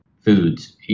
foods